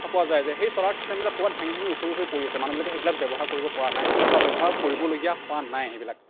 পোৱা যায় যে সেই ছ'লাৰ ছিষ্টেমবিলাক ক'ৰবাত ভাঙি ভাঙি উফৰি উফৰি পৰি আছে মানুহবিলাকে সেইবিলাক ব্যৱহাৰ কৰিব পৰা নাই বা ব্যৱহাৰ কৰিবলগীয়া হোৱা নাই সেইবিলাক